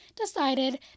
decided